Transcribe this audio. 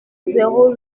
zéro